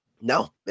No